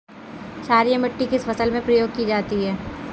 क्षारीय मिट्टी किस फसल में प्रयोग की जाती है?